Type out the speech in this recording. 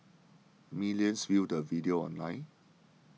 millions viewed the video online